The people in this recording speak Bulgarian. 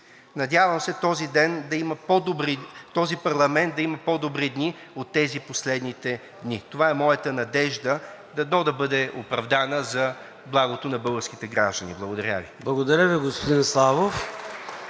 Надявам се този парламент да има по-добри дни от тези последните дни. Това е моята надежда и дано да бъде оправдана за благото на българските граждани. Благодаря Ви. (Ръкопляскания от